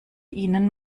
ihnen